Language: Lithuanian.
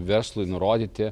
verslui nurodyti